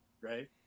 right